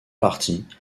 parties